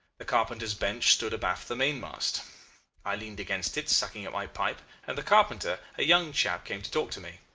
the carpenter's bench stood abaft the mainmast i leaned against it sucking at my pipe, and the carpenter, a young chap, came to talk to me.